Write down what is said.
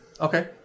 Okay